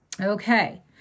Okay